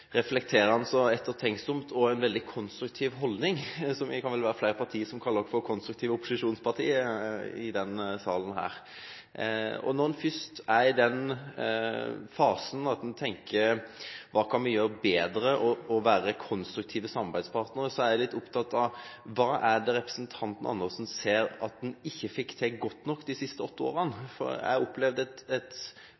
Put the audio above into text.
og han har en veldig konstruktiv holdning. Vi kan vel være flere partier som kaller oss for konstruktive opposisjonspartier i denne salen. Når en først er i den fasen at en tenker hva man kan gjøre bedre og være konstruktive samarbeidspartnere, er jeg opptatt av hva representanten Andersen ser at man ikke fikk til godt nok de siste åtte årene.